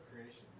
creation